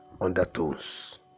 undertones